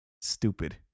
Stupid